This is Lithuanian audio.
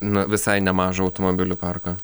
nu visai nemažą automobilių parką